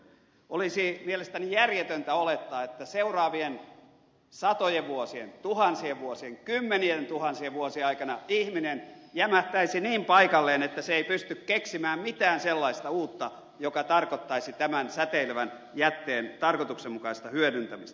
olisi mielestäni järjetöntä olettaa että seuraavien satojen vuosien tuhansien vuosien kymmenientuhansien vuosien aikana ihminen jämähtäisi niin paikalleen että hän ei pysty keksimään mitään sellaista uutta joka tarkoittaisi tämän säteilevän jätteen tarkoituksenmukaista hyödyntämistä